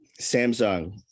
Samsung